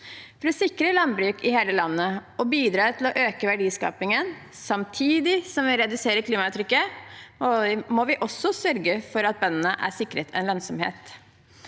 For å sikre landbruk i hele landet og bidra til å øke verdiskapingen samtidig som vi reduserer klimaavtrykket, må vi også sørge for at bøndene er sikret en lønnsomhet.